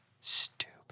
stupid